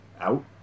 out